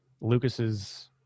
Lucas's